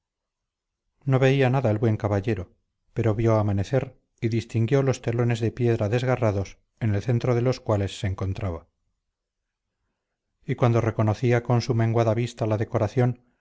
no veía nada el buen caballero pero vio amanecer y distinguió los telones de piedra desgarrados en el centro de los cuales se encontraba y cuando reconocía con su menguada vista la decoración